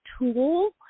tool